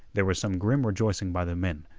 there was some grim rejoicing by the men.